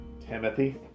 Timothy